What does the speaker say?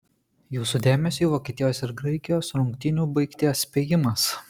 jūsų dėmesiui vokietijos ir graikijos rungtynių baigties spėjimas